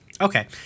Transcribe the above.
Okay